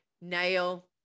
nail